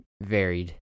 varied